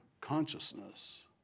consciousness